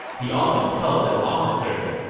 he often tells his officers,